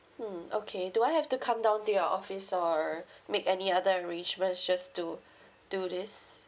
mm okay do I have to come down to your office or make any other arrangements just to do this